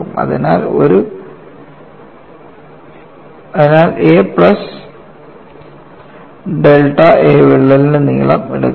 അതിനാൽ a plus delta a വിള്ളൽ ഇൻറെ നീളം എടുക്കുക